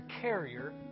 carrier